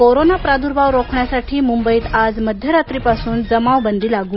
corona प्रादुर्भाव रोखण्यासाठी मुंबईत आज मध्यरात्रीपासून जमावबंदी लागू